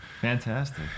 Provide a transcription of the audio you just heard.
Fantastic